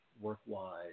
work-wise